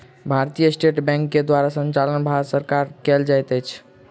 भारतीय state bank के संचालन सरकार द्वारा कयल जाइत अछि